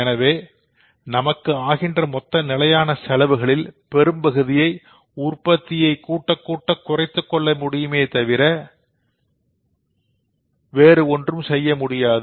எனவே நமக்கு ஆகின்ற மொத்த நிலையான செலவுகளில் பெரும்பகுதியை உற்பத்தியைக் கூட்டகூட்ட குறைத்துக் கொள்ள முடியுமே தவிர மாற்று ஒன்றும் செய்ய முடியாது